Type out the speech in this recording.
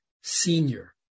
senior